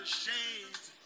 shades